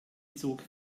zog